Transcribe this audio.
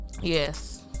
yes